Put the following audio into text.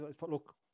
Look